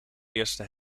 eerste